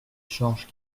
georges